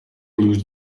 lose